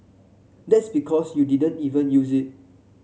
that's because you didn't even use it